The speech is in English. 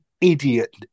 idiot